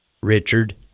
Richard